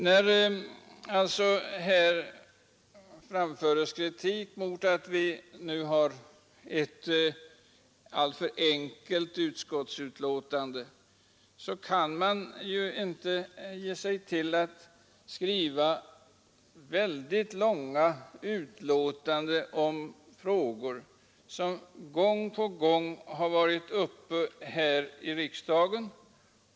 Herr Komstedt framförde kritik mot att vi har avgivit ett alltför enkelt utskottsbetänkande. Men vi kan inte skriva väldigt långa betänkanden om frågor som gång på gång varit uppe här i riksdagen.